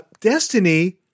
Destiny